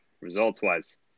Results-wise